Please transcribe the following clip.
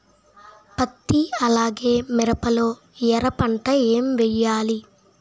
పత్తి అలానే మిరప లో ఎర పంట ఏం వేయాలి?